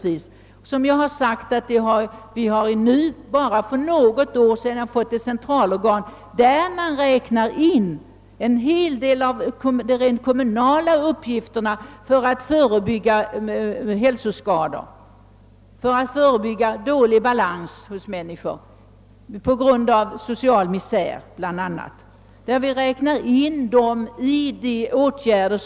Vi har för bara något år sedan fått ett centralt organ som handlägger en hel del av de kommunala uppgifterna när det gäller att förebygga hälsoskador och dålig balans hos människor på grund av bl.a. social misär.